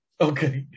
Okay